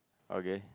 okay